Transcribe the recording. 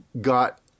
got